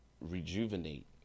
rejuvenate